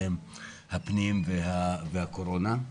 ועדת הפנים וועדת הקורונה.